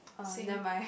same